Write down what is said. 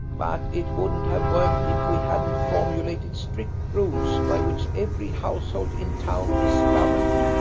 but it wouldn't have worked if we hadn't formulated strict rules by which every household in town is governed.